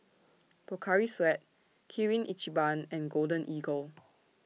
Pocari Sweat Kirin Ichiban and Golden Eagle